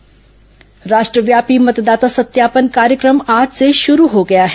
मतदाता सत्यापन कार्यक्रम राष्ट्रव्यापी मतदाता सत्यापन कार्यक्रम आज से शुरू हो गया है